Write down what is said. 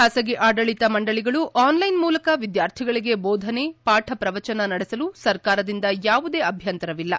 ಬಾಸಗಿ ಆಡಳಿತ ಮಂಡಳಿಗಳು ಆನ್ಲೈನ್ ಮೂಲಕ ವಿದ್ಯಾರ್ಥಿಗಳಿಗೆ ದೋಧನೆ ಪಾಠ ಪ್ರವಚನ ನಡೆಸಲು ಸರ್ಕಾರದಿಂದ ಯಾವುದೇ ಅಭ್ಯಂತರವಿಲ್ಲ